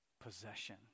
possession